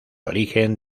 origen